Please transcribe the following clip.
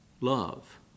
love